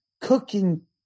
cooking